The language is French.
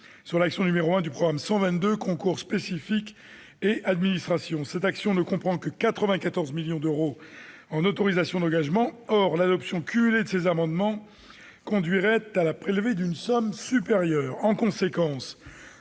sur l'action n° 01 du programme 122, « Concours spécifiques et administration ». Cette action ne comprend que 94 millions d'euros en autorisations d'engagement. Or l'adoption cumulée de ces amendements conduirait à prélever sur ses crédits une somme supérieure. En conséquence,